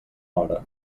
hora